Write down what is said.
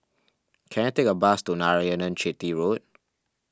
can I take a bus to Narayanan Chetty Road